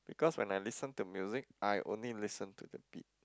because when I listen to music I only listen to the beat